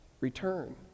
return